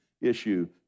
issue